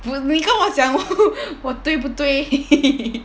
你跟我讲 我对不对